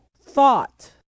thought